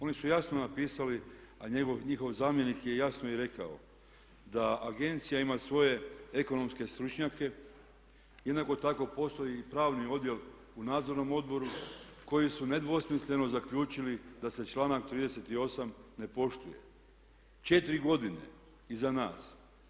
Oni su jasno napisali, a njihov zamjenik je jasno i rekao da agencija ima svoje ekonomske stručnjake, jednako tako postoji i pravni odjel u nadzornom odboru koji su nedvosmisleno zaključili da se članak 38. ne poštuje 4 godine iza nas.